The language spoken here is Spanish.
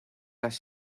las